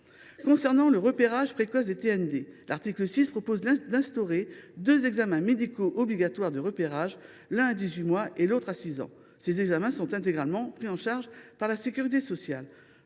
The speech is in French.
viens au repérage précoce des TND. Il est proposé à l’article 6 d’instaurer deux examens médicaux obligatoires de repérage, l’un à 18 mois et l’autre à 6 ans. Ces examens seraient intégralement pris en charge par la sécurité sociale.